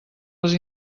les